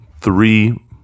three